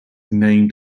named